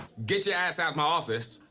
get your ass out my office.